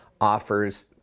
offers